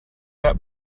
that